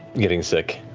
getting sick,